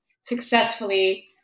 successfully